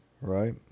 right